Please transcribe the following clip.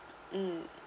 um